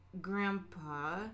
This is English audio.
grandpa